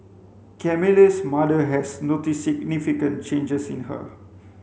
Camille's mother has noticed significant changes in her